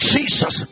Jesus